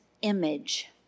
image